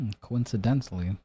coincidentally